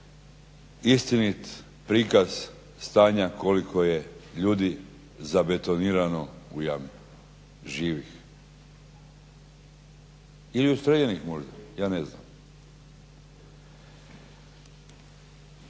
istinit prikaz stanja koliko je ljudi zabetonirano u jami živih ili ustrijeljenih možda, ja ne znam.